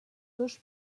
dos